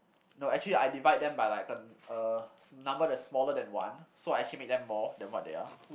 no actually I divide them by like uh uh number that's smaller than one so I actually made them more than what they are